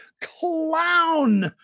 clown